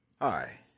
Hi